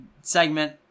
segment